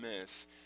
miss